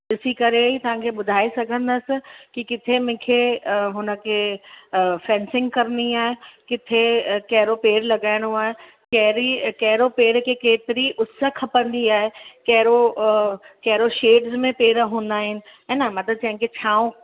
ॾिसी करे ई तव्हांखे ॿुधाए सघंदसि कि किथे मूंखे हुनखे फ़ैंसिंग करिणी आहे किथे कहिड़ो पेड़ लॻाइणो आहे कहिड़ी कहिड़ो पेड़ खे केतिरी उस खपंदी आहे कहिड़ो कहिड़ो शेड्स में पेड़ हूंदा आहिनि हा न मतलबु कंहिं खे छांव